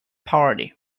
party